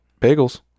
bagels